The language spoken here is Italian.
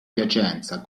piacenza